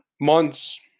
months